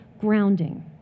Grounding